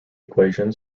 equation